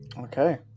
Okay